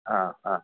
ആ ആ